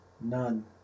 None